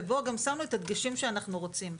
ובו שמנו גם את הדגשים שאנחנו רוצים.